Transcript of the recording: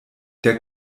der